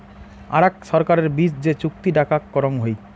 আরাক ছরকারের বিচ যে চুক্তি ডাকাক করং হই